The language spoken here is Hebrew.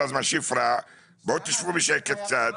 שבו קצת בשקט.